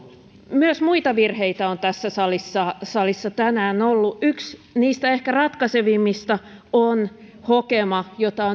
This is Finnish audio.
myös muita virheitä on tässä salissa salissa tänään ollut yksi niistä ehkä ratkaisevimmista on hokema jota